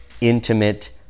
intimate